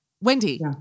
Wendy